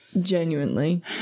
Genuinely